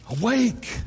Awake